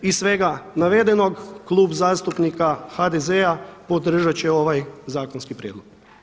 Iz svega navedenog Klub zastupnika HDZ-a podržat će ovaj zakonski prijedlog.